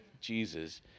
Jesus